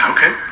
Okay